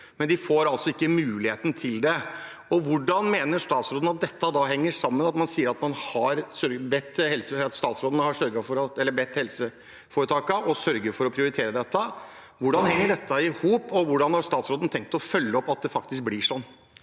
men man får altså ikke muligheten til det. Hvordan mener statsråden dette henger sammen når hun sier at hun har bedt helseforetakene sørge for å prioritere dette? Hvordan henger dette i hop? Hvordan har statsråden tenkt å følge opp at det faktisk blir sånn?